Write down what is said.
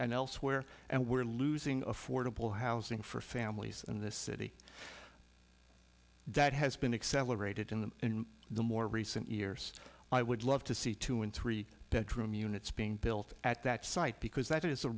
and elsewhere and we're losing affordable housing for families in this city that has been accelerated in the in the more recent years i would love to see two and three bedroom units being built at that site because that is a